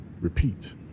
Repeat